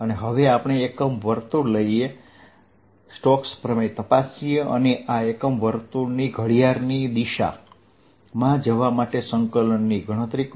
હવે આપણે એકમ વર્તુળ લઈને સ્ટોક્સ પ્રમેય તપાસીએ અને આ એકમ વર્તુળની ઘડિયાળની દિશામાં જવા માટે સંકલનની ગણતરી કરીએ